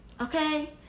okay